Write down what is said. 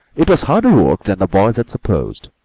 it was harder work than the boys had supposed,